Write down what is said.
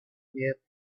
yet